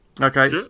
Okay